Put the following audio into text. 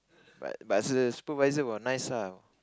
but but the supervisor was nice ah